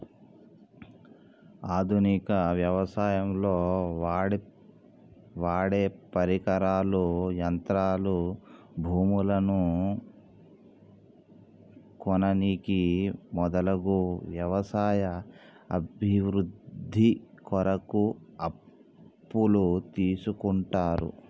ఆధునిక వ్యవసాయంలో వాడేపరికరాలు, యంత్రాలు, భూములను కొననీకి మొదలగు వ్యవసాయ అభివృద్ధి కొరకు అప్పులు తీస్కుంటరు